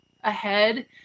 ahead